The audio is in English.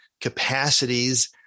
capacities